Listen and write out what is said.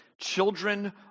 children